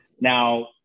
Now